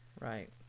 Right